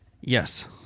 Yes